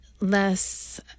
less